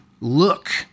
look